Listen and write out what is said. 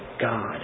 God